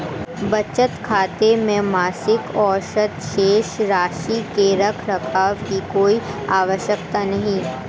बचत खाते में मासिक औसत शेष राशि के रख रखाव की कोई आवश्यकता नहीं